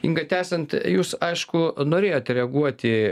inga tęsiant jūs aišku norėjote reaguoti